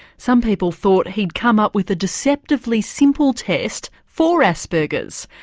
some people thought he'd come up with a deceptively simple test for asperger's,